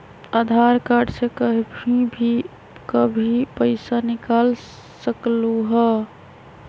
आधार card से कहीं भी कभी पईसा निकाल सकलहु ह?